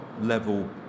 level